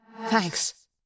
thanks